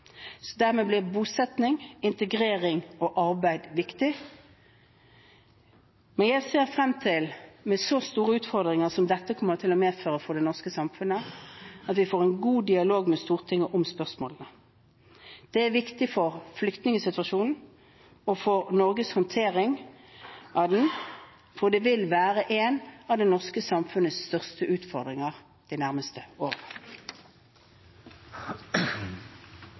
Dermed blir bosetting, integrering og arbeid viktig. Jeg ser frem til, med så store utfordringer som dette kommer til å medføre for det norske samfunnet, at vi får en god dialog med Stortinget om spørsmålene. Det er viktig for flyktningsituasjonen og for Norges håndtering av den, for det vil være en av det norske samfunnets største utfordringer de nærmeste